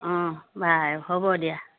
অঁ বাৰু হ'ব দিয়া